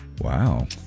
Wow